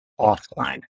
offline